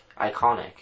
iconic